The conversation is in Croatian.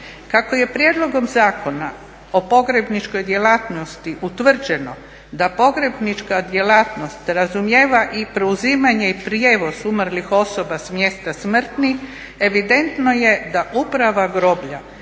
Kako je prijedlogom Zakona o pogrebničkoj djelatnosti utvrđeno da pogrebnička djelatnost razumijeva i preuzimanje i prijevoz umrlih osoba s mjesta smrti evidentno je da uprava groblja